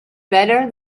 better